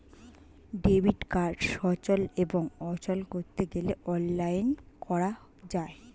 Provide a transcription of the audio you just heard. debit card সচল এবং অচল করতে গেলে অনলাইন করা যায়